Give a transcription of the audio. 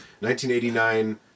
1989